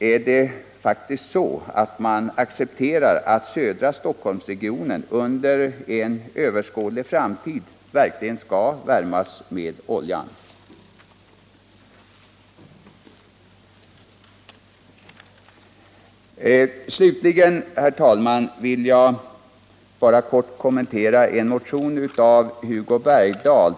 Är det så att man accepterar att södra Stockholmsregionen under en överskådlig framtid skall värmas med olja? Slutligen, herr talman, vill jag bara kort kommentera en motion av Hugo Bergdahl.